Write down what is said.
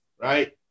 right